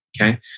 Okay